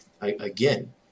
again